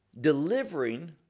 delivering